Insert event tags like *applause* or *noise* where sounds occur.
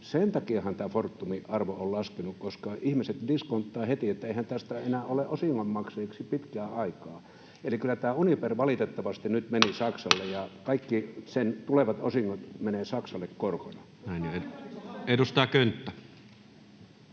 sen takiahan Fortumin arvo on laskenut, koska ihmiset diskonttaavat heti, että eihän tästä enää ole osingonmaksajaksi pitkään aikaan. Eli kyllä tämä Uniper valitettavasti nyt meni Saksalle, *noise* ja kaikki sen tulevat osingot menevät Saksalle korkoina. [Satu